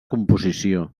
composició